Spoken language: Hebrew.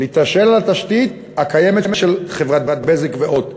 להישען על התשתית הקיימת של חברת "בזק" ו"הוט",